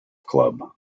club